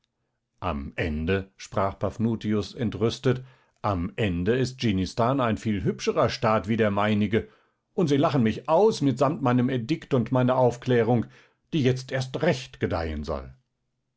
am ende sprach paphnutius entrüstet am ende ist dschinnistan ein viel hübscherer staat wie der meinige und sie lachen mich aus mitsamt meinem edikt und meiner aufklärung die jetzt erst recht gedeihen soll